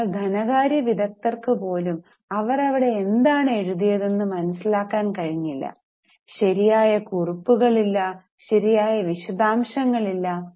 അതിനാൽ ധനകാര്യ വിദഗ്ധർക്ക് പോലും അവർ അവിടെ എന്താണ് എഴുതിയതെന്ന് മനസിലാക്കാൻ കഴിഞ്ഞില്ല ശരിയായ കുറിപ്പുകളില്ല ശരിയായ വിശദാംശങ്ങളില്ല